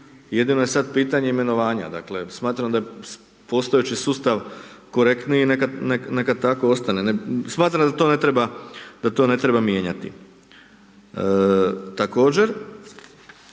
jedino je sad pitanje imenovanja, dakle smatram da je postojeći sustav korektniji, neka tako i ostane, smatram da to ne treba mijenjati. Također,